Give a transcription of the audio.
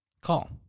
call